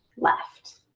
left.